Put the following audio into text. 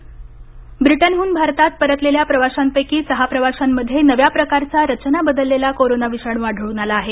नवा कोरोना ब्रिटनहून भारतात परतलेल्या प्रवाशांपैकी सहा प्रवाशांमध्ये नव्या प्रकारचा रचना बदललेला कोरोना विषाणू आढळून आला आहे